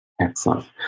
Excellent